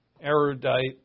erudite